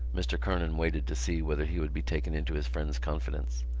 mr. kernan waited to see whether he would be taken into his friends' confidence.